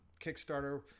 Kickstarter